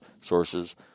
sources